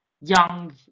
young